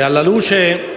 alla luce